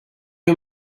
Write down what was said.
you